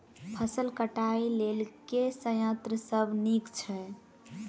फसल कटाई लेल केँ संयंत्र सब नीक छै?